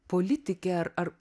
politikė ar ar